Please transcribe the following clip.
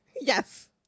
Yes